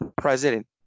president